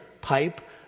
pipe